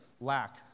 lack